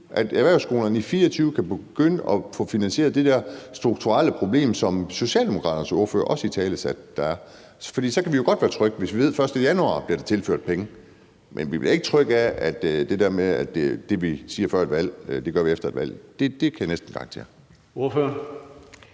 at erhvervsskolerne kan begynde at få finansieret det der strukturelle problem, som Socialdemokraternes ordfører også italesatte der er? For så kan vi godt være trygge, hvis vi ved, at der den 1. januar bliver tilført penge, men vi bliver ikke trygge af det der med, at det, vi siger før et valg, gør vi efter et valg. Det kan jeg næsten garantere. Kl.